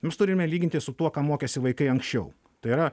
mes turime lyginti su tuo ką mokėsi vaikai anksčiau tai yra